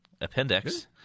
Appendix